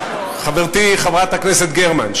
חברתי חברת הכנסת גרמן,